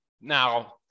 now